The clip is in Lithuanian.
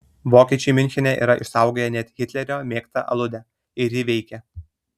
vokiečiai miunchene yra išsaugoję net hitlerio mėgtą aludę ir ji veikia